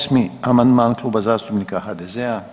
8. amandman Kluba zastupnika HDZ-a.